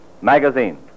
Magazine